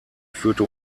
führte